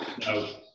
no